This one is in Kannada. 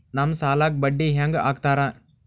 ನಮ್ ಸಾಲಕ್ ಬಡ್ಡಿ ಹ್ಯಾಂಗ ಹಾಕ್ತಾರ?